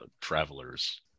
travelers